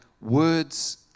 words